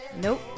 Nope